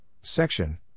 section